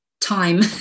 time